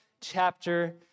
chapter